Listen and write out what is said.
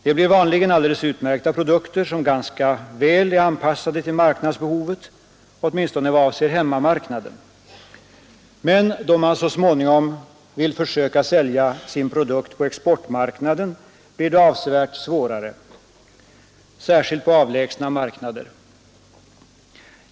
Det blir vanligen alldeles utmärkta produkter som är ganska väl anpassade till marknadsbehovet — åtminstone i vad avser hemmamarknaden. Men då man så småningom vill försöka sälja sin produkt på exportmarknaden blir det avsevärt svårare, särskilt på avlägsna marknader.